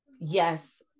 yes